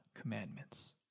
commandments